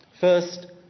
First